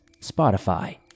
Spotify